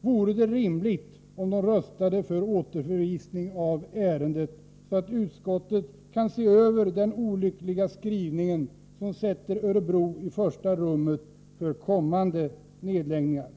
vore det rimligt att dessa ledamöter röstade för återförvisning av ärendet, så att utskottet kan se över den olyckliga skrivning som sätter Örebro i första rummet för kommande nedläggningar.